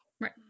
Right